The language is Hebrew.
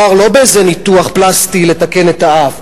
ולא מדובר באיזה ניתוח פלסטי לתקן את האף,